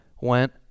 went